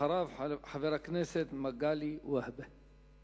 אחריו, חבר הכנסת מגלי והבה.